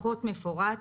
פחות מפורט.